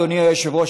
אדוני היושב-ראש,